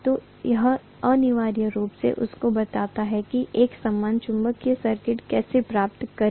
तो यह अनिवार्य रूप से आपको बताता है कि एक समान चुंबकीय सर्किट कैसे प्राप्त करें